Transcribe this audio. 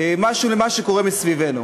משהו ממה שקורה סביבנו?